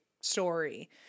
story